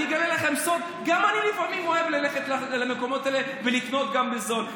אני אגלה לכם סוד: גם אני לפעמים אוהב ללכת למקומות האלה ולקנות בזול.